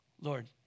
Lord